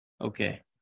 Okay